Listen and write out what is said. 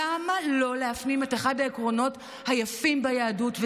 למה לא להפנים את אחד העקרונות היפים ביהדות,